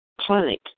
clinic